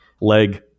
leg